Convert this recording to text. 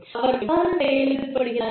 அவர்கள் எவ்வாறு செயல்படுகிறார்கள்